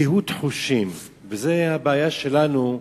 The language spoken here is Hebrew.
קהות חושים, וזו הבעיה שלנו.